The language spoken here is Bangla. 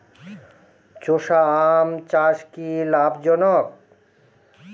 চোষা আম চাষ কি লাভজনক?